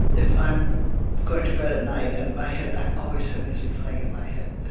if i'm going to bed at night, and my head i always have music playing in my head.